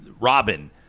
Robin